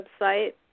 website